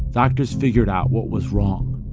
doctors figured out what was wrong.